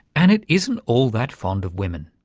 and it isn't all that fond of women.